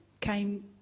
came